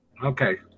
Okay